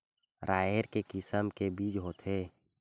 राहेर के किसम के बीज होथे?